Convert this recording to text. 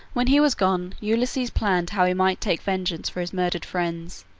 when he was gone ulysses planned how he might take vengeance for his murdered friends,